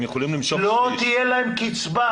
הם יכולים למשוך --- לא תהיה להם קצבה